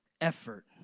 effort